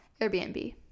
Airbnb